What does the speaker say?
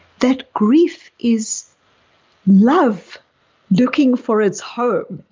that grief is love looking for its home.